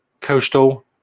Coastal